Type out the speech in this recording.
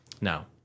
Now